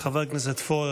חבר הכנסת פורר,